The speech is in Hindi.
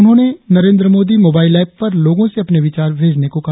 उन्होंने नरेंद्र मोदी मोबाइल ऐप पर लोगों से अपने विचार भेजने को कहा